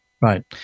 Right